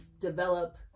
develop